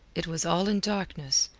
it was all in darkness,